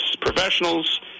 professionals